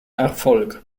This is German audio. erfolg